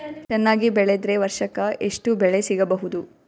ಚೆನ್ನಾಗಿ ಬೆಳೆದ್ರೆ ವರ್ಷಕ ಎಷ್ಟು ಬೆಳೆ ಸಿಗಬಹುದು?